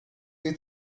sie